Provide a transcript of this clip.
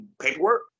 paperwork